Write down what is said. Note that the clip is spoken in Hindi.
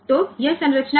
तो यह संरचना है